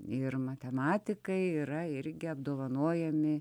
ir matematikai yra irgi apdovanojami